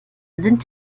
sind